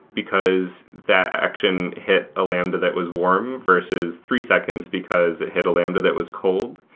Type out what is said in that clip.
because that action hit a lambda that was warm, versus three seconds, because it hit a lambda that was cold.